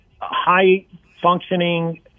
high-functioning